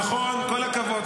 נכון, כל הכבוד.